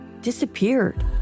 disappeared